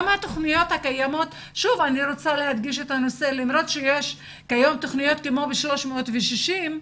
למרות שיש כיום תוכניות כמו 360,